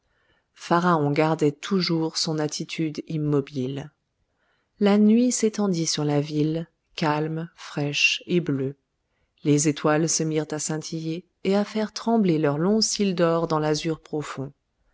pharaon gardait toujours son attitude immobile la nuit s'étendit sur la ville calme fraîche et bleue les étoiles se mirent à scintiller et à faire trembler leurs longs cils d'or dans l'azur profond